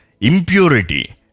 impurity